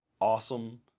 awesome